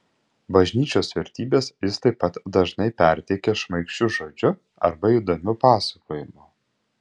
bažnyčios vertybes jis taip pat dažnai perteikia šmaikščiu žodžiu arba įdomiu pasakojimu